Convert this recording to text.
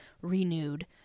renewed